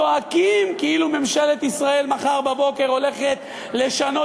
זועקים כאילו ממשלת ישראל מחר בבוקר הולכת לשנות